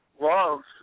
love